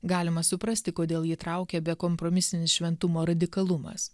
galima suprasti kodėl jį traukia bekompromisinis šventumo radikalumas